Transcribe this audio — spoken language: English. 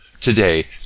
Today